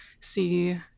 see